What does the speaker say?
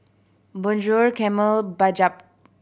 Bonjour Camel Bajaj